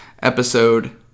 Episode